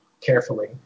carefully